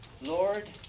Lord